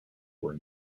were